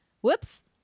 Whoops